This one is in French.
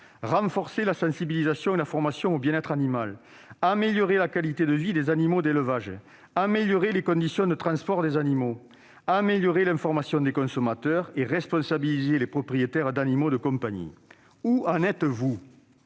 renforcer la sensibilisation et la formation au bien-être animal ; améliorer la qualité de vie des animaux d'élevage ; améliorer les conditions de transport des animaux ; améliorer l'information des consommateurs ; responsabiliser les propriétaires d'animaux de compagnie. Monsieur